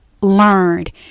learned